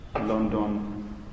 London